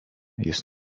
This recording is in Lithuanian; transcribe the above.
jis